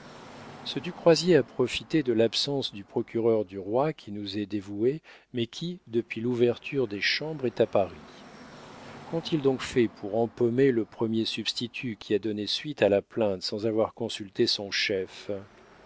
ce du croisier a profité de l'absence du procureur du roi qui nous est dévoué mais qui depuis l'ouverture des chambres est à paris qu'ont-ils donc fait pour empaumer le premier substitut qui a donné suite à la plainte sans avoir consulté son chef